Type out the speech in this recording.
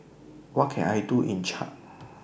What Can I Do in Chad